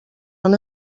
han